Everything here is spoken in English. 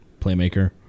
playmaker